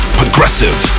progressive